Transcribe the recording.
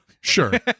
sure